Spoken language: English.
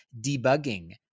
debugging